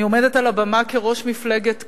אני עומדת על הבמה כראש מפלגת קדימה,